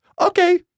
Okay